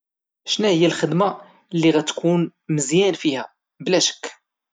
شنوهيا الخدمة اللي غاتكون مزيان فيها بلا شك؟